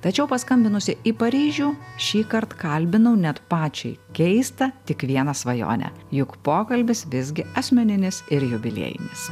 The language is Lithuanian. tačiau paskambinusi į paryžių šįkart kalbinau net pačiai keista tik vieną svajonę juk pokalbis visgi asmeninis ir jubiliejinis